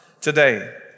today